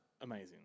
amazing